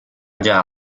già